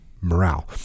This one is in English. morale